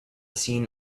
seen